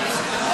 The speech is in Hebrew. תוציאו אותם.